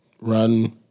run